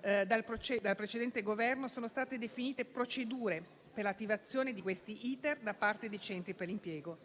dal precedente Governo sono state definite procedure per l'attivazione di questi *iter* da parte dei centri per l'impiego.